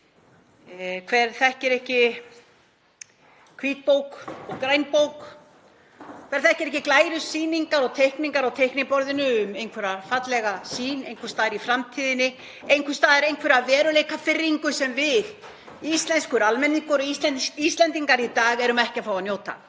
Hver þekkir ekki hvítbók og grænbók? Hver þekkir ekki glærusýningar og teikningar á teikniborðinu um einhverja fallega sýn einhvers staðar í framtíðinni, einhvers staðar einhverja veruleikafirringu sem við, íslenskur almenningur og Íslendingar í dag, erum ekki að fá að njóta?